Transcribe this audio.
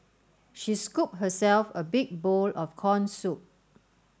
she scooped herself a big bowl of corn soup